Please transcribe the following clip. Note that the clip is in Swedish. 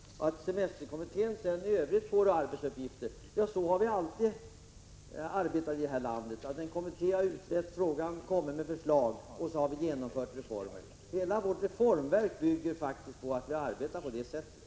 Sedan får semesterkommittén ta hand om övriga uppgifter i sammanhanget. Så har vi alltid arbetat här i landet: En kommitté får utreda frågan och framlägga förslag och så genomför vi reformen. Hela vårt reformverk har faktiskt tillkommit genom att vi har arbetat på det sättet.